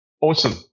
Awesome